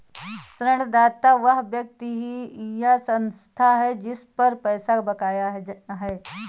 ऋणदाता वह व्यक्ति या संस्था है जिस पर पैसा बकाया है